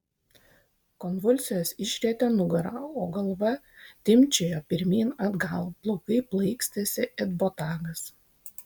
konvulsijos išrietė nugarą o galva timpčiojo pirmyn atgal plaukai plaikstėsi it botagas